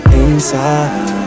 inside